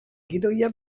gidoia